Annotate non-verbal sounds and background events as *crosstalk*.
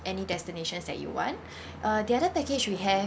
any destinations that you want *breath* uh the other package we have